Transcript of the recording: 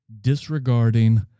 disregarding